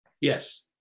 Yes